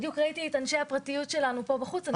בדיוק ראיתי את אנשי הפרטיות שלנו פה בחוץ.